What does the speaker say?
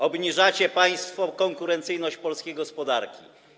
Obniżacie państwo konkurencyjność polskiej gospodarki.